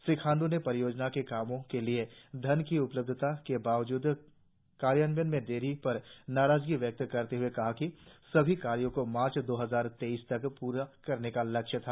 श्री खांड्र ने परियोजना के कामों के लिए धन की उपलब्धता के बावजूद कार्यान्वयन में देरी पर नाराजगी व्यक्त करते हुए कहा कि सभी कार्यों को मार्च दो हजार तेईस तक प्रा करने का लक्ष्य था